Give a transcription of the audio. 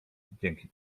dzięki